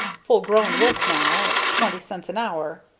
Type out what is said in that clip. full grown work now, at twenty cents an hour.